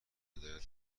هدایت